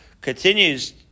continues